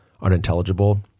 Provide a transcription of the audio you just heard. unintelligible